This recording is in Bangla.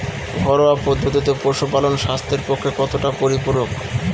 ঘরোয়া পদ্ধতিতে পশুপালন স্বাস্থ্যের পক্ষে কতটা পরিপূরক?